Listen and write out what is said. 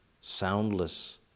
soundless